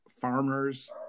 farmers